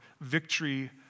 victory